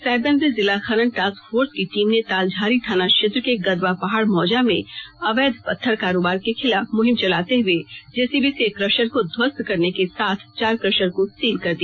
साहिबगंज में जिला खनन टास्क फोर्स की टीम ने तालझारी थाना क्षेत्र के गदवा पहाड़ मौजा में अवैध पत्थर कारोबार के खिलाफ मुहिम चलाते हुए जेसीबी से एक क्रशर को ध्वस्त करने के साथ चार क्रशर को सील कर दिया